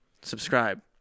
subscribe